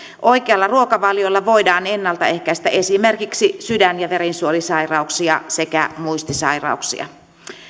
oikealla ruokavaliolla voidaan ennaltaehkäistä esimerkiksi sydän ja verisuonisairauksia sekä muistisairauksia